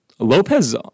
Lopez